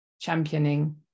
championing